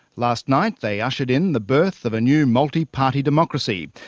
last night they ushered in the birth of a new multiparty democracy,